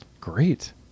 Great